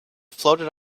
floated